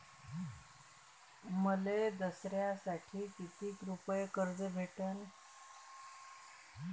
मले दसऱ्यासाठी कितीक रुपये कर्ज भेटन?